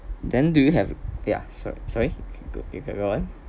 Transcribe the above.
then do you have ya so~ sorry you can you can go on